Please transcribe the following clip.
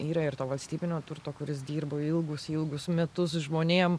yra ir to valstybinio turto kuris dirbo ilgus ilgus metus žmonėm